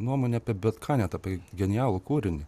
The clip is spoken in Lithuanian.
nuomonę apie bet ką net apie genialų kūrinį